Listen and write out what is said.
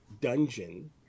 dungeon